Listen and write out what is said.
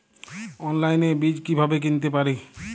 অনলাইনে বীজ কীভাবে কিনতে পারি?